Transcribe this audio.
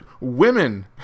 women